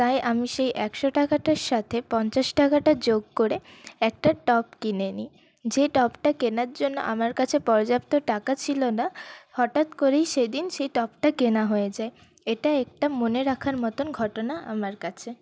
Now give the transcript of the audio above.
তাই আমি সেই একশো টাকাটার সাথে পঞ্চাশ টাকাটা যোগ করে একটা টপ কিনে নিই যে টপটা কেনার জন্য আমার কাছে পর্যাপ্ত টাকা ছিল না হঠাৎ করেই সেদিন সেই টপটা কেনা হয়ে যায় এটা একটা মনে রাখার মতোন ঘটনা আমার কাছে